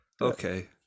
Okay